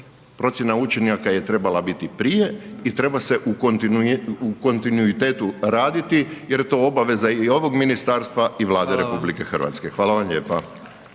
procjena učinaka je trebala biti prije i treba se u kontinuitetu raditi jer je to obveza i ovog ministarstva i Vlade RH …/Upadica: Hvala vam/…Hvala vam lijepa.